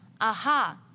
aha